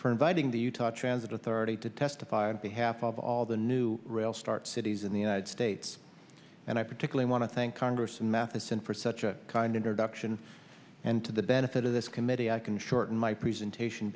for inviting the utah transit authority to testify on behalf of all the new rail start cities in the united states and i particularly want to thank congress and matheson for such a kind introduction and to the benefit of this committee i can shorten my presentation